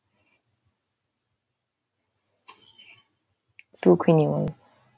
two queen in one